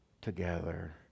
together